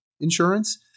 insurance